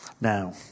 Now